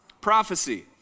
Prophecy